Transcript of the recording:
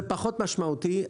זה פחות משמעותי.